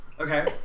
Okay